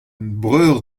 breur